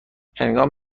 هنگام